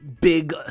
big